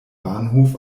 bahnhof